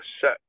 set